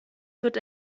wird